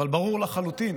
אבל ברור לחלוטין